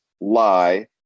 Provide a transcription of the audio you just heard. lie